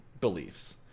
beliefs